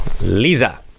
Lisa